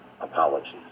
apologies